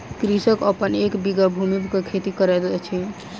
कृषक अपन एक बीघा भूमि पर खेती करैत अछि